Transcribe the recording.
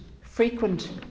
frequent